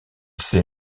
s’est